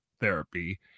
therapy